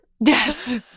Yes